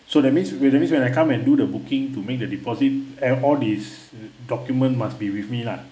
so that means when that means when I come and do the booking to make the deposit and all these document must be with me lah